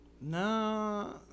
No